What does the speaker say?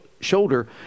shoulder